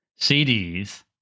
CDs